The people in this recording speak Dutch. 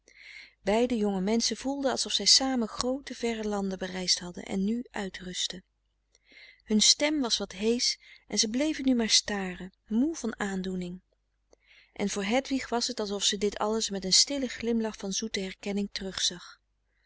beide jonge menschen voelden alsof zij samen groote verre landen bereisd hadden en nu uitrustten hun stem was wat heesch en ze bleven nu maar staren moe van aandoening en voor hedwig was het alsof ze dit alles met een stillen glimlach van zoete herkenning terug zag